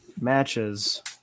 matches